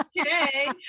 okay